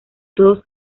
todos